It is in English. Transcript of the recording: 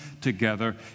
together